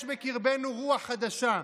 יש בקרבנו רוח חדשה,